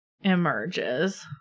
emerges